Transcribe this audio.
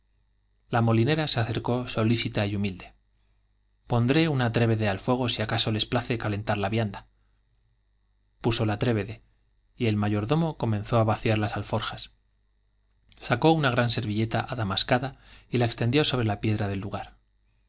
la molinera se acercó solícita y huilde pondré una trébede al fuego si acaso les place calentar la vianda puso la trébede y el mayordomo comenzó á vaciar las sacó una gran servilleta adamascada y la alforjas extendió sobre la piedra del hogar